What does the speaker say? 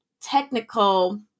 technical